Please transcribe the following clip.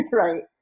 right